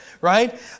right